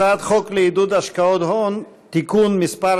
הצעת חוק לעידוד השקעות הון (תיקון מס'